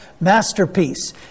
masterpiece